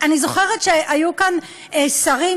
אני זוכרת שהיו כאן שרים,